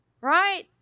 Right